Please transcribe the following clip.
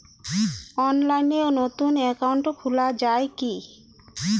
অনলাইনে নতুন একাউন্ট খোলা য়ায় কি?